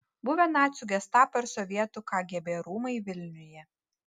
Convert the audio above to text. buvę nacių gestapo ir sovietų kgb rūmai vilniuje